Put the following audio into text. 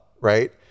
right